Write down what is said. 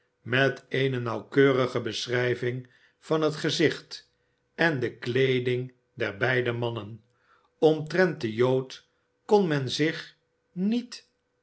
met eene nauwkeurige beschrijving van het uitzicht en de kleeding der beide mannen omtrent den jood kon men zich niet